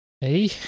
hey